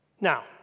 Now